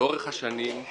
לאורך השנים,